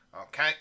Okay